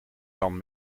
kan